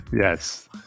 Yes